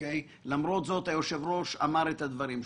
למרות זאת, היושב-ראש אמר את הדברים שלו.